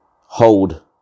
hold